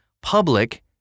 Public